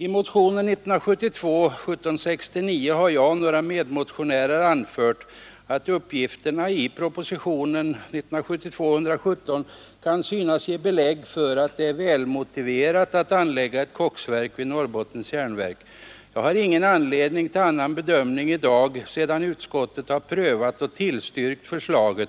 I motionen 1769 har jag och några medmotionärer anfört att uppgifterna i propositionen 117 kan synas ge belägg för att det är välmotiverat att anlägga ett koksverk vid Norrbottens järnverk. Jag har ingen anledning till annan bedömning i dag sedan utskottet prövat och tillstyrkt förslaget.